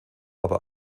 aber